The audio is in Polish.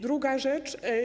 Druga rzecz.